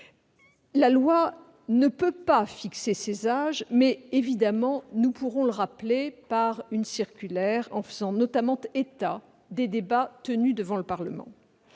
La loi ne peut pas fixer ces âges, mais nous pourrons le rappeler dans une circulaire, en faisant état notamment des débats tenus devant le Parlement.